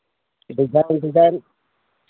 design design